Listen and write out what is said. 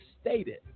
stated